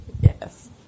Yes